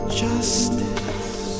justice